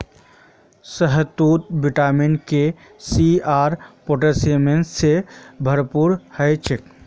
शहतूत vitamin K, C आर potassium से भरपूर ह छे